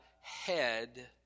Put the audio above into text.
head